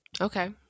Okay